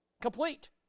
Complete